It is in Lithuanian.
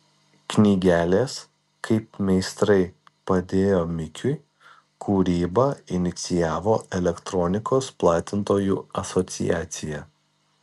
knygelės kaip meistrai padėjo mikiui kūrybą inicijavo elektronikos platintojų asociacija